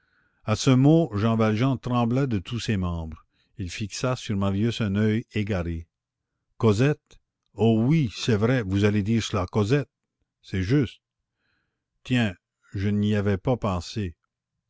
à ce mot jean valjean trembla de tous ses membres il fixa sur marius un oeil égaré cosette oh oui c'est vrai vous allez dire cela à cosette c'est juste tiens je n'y avais pas pensé